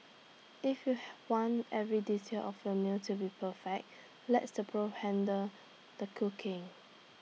if you want every detail of your meal to be perfect lets the pros handle the cooking